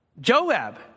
Joab